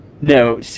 no